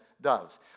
doves